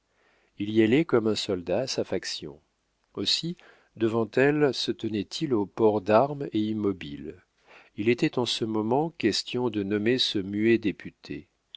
il y allait comme un soldat à sa faction aussi devant elle se tenait-il au port d'armes et immobile il était en ce moment question de nommer ce muet député